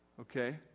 Okay